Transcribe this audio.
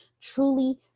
truly